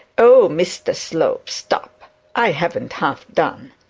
oh, mr slope, stop i haven't half done.